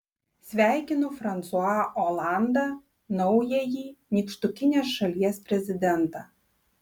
sveikinu fransua olandą naująjį nykštukinės šalies prezidentą